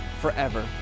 forever